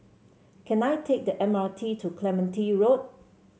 can I take the M R T to Clementi Road